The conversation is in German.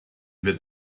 wird